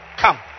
Come